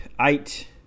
eight